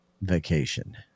Vacation